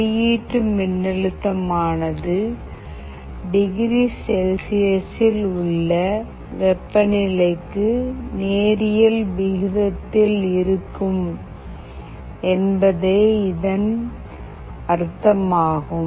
வெளியிட்டு மின்னழுத்தமானது டிகிரி செல்சியஸில் உள்ள வெப்பநிலைக்கு நேரியல் விகிதத்தில் இருக்கும் என்பதே இதன் அர்த்தமாகும்